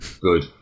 Good